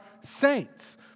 saints